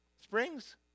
Springs